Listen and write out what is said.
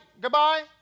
Goodbye